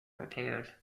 repaired